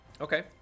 Okay